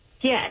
Yes